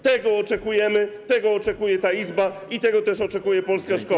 Tego oczekujemy, tego oczekuje ta Izba i tego też oczekuje polska szkoła.